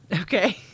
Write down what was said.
Okay